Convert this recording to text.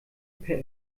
per